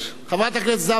חברת הכנסת זהבה גלאון,